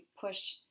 push